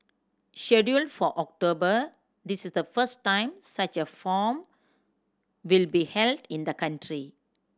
scheduled for October this is the first time such a form will be held in the country